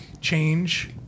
change